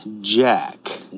Jack